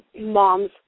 moms